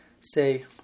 say